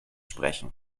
sprechen